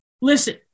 listen